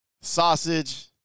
Sausage